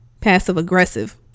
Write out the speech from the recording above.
passive-aggressive